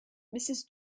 mrs